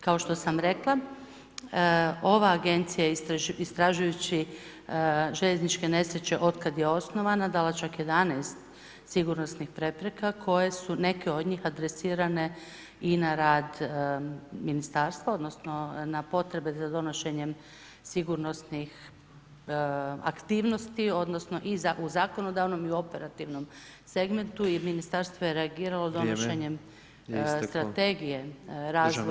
Kao što sam rekla, ova agencija je istražujući željezničke nesreće otkad je osnovana, ala čak 11 sigurnosnih prepreka koje su neke od njih adresirane i na rad ministarstva odnosno na potrebe za donošenjem sigurnosnih aktivnosti odnosno iza u zakonodavnom i operativnom segmentu i ministarstvo je reagiralo donošenjem strategije razvoja.